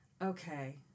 Okay